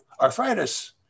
arthritis